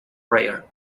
prayer